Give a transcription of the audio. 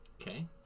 Okay